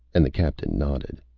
and the captain nodded.